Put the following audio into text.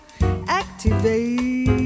Activate